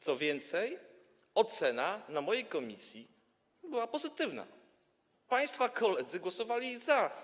Co więcej, ocena w mojej komisji była pozytywna - państwa koledzy głosowali za.